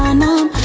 ah no!